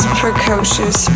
precocious